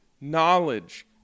knowledge